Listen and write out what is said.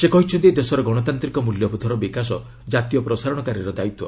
ସେ କହିଛନ୍ତି ଦେଶର ଗଣତାନ୍ତିକ ମୃଲ୍ୟବୋଧର ବିକାଶ କାତୀୟ ପ୍ରସାରଣକାରୀର ଦାୟିତ୍ୱ